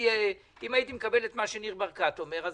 אם הייתי מקבל את מה שניר ברקת אומר,